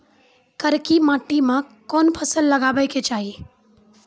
करकी माटी मे कोन फ़सल लगाबै के चाही?